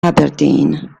aberdeen